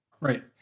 Right